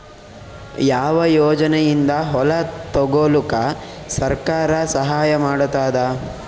ಯಾವ ಯೋಜನೆಯಿಂದ ಹೊಲ ತೊಗೊಲುಕ ಸರ್ಕಾರ ಸಹಾಯ ಮಾಡತಾದ?